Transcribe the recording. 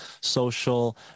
social